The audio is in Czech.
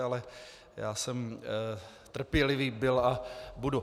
Ale já jsem trpělivý byl a budu.